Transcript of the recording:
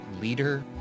leader